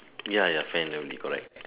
ya ya can can be correct